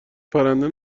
پرنده